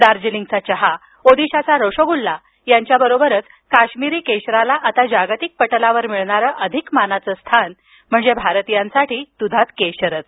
दार्जीलिंगचा चहा ओदिशाचा रोशोगुल्ला यांच्याबरोबरच काश्मिरी केशराला आता जागतिक पटलावर मिळणारं अधिक मानाचं स्थान म्हणजे भारतीयांसाठी दुधात केशरच